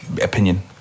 opinion